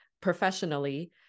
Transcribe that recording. professionally